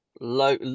low